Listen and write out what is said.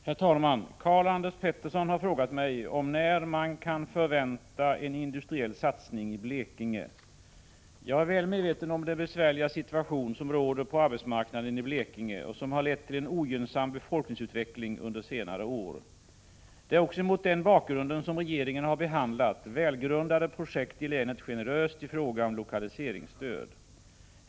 Herr talman! Karl-Anders Petersson har frågat mig om när man kan förvänta en industriell satsning i Blekinge. Jag är väl medveten om den besvärliga situationen som råder på arbetsmarknaden i Blekinge och som har lett till en ogynnsam befolkningsutveckling under senare år. Det är också mot den bakgrunden som regeringen har behandlat välgrundade projekt i länet generöst i fråga om lokaliseringsstöd.